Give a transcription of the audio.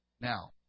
Now